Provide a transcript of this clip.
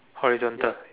horizontal